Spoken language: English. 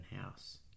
house